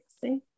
see